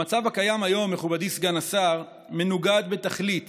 המצב כיום, מכובדי סגן השר, מנוגד בתכלית